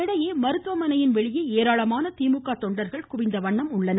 இதனிடையே மருத்துவமனையின் வெளியே ஏராளமான திமுக தொண்டர்கள் குவிந்துள்ளனர்